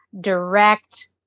direct